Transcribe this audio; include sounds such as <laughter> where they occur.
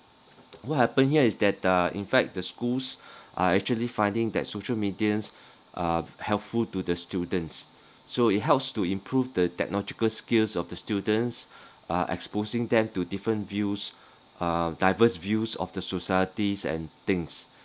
what happen here is that uh in fact the schools <breath> are actually finding that social medias are helpful to the students <breath> so it helps to improve the technological skills of the students <breath> uh exposing them to different views uh diverse views of the societies and things <breath>